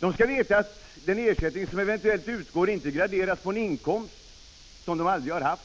De 67 skall veta att den ersättning som eventuellt utgår inte graderas efter en inkomst som de aldrig har haft.